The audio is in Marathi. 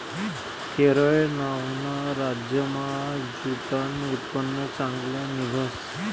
केरय नावना राज्यमा ज्यूटनं उत्पन्न चांगलं निंघस